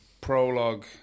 Prologue